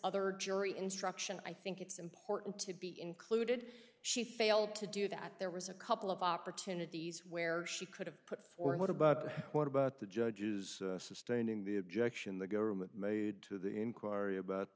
other jury instruction i think it's important to be included she failed to do that there was a couple of opportunities where she could have put forth what about what about the judges sustaining the objection the government made to the inquiry about